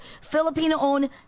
Filipino-owned